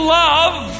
love